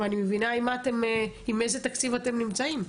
אני מבינה עם איזה תקציב אתם עובדים.